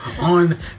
on